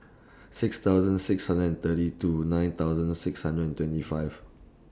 six thousand six hundred and thirty two nine thousand six hundred and twenty five